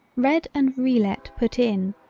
red and relet put in,